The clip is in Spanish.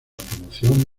promoción